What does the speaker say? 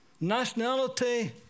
nationality